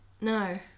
No